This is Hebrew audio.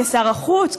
כשר החוץ,